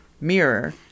mirror